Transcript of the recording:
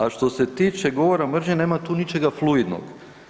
A što se tiče govora mržnje nema tu ničega fluidnog.